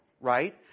right